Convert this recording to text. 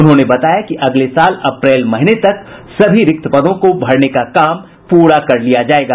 उन्होंने बताया कि अगले साल अप्रैल महीने तक सभी रिक्त पदों को भरने का काम पूरा कर लिया जायेगा